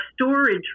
storage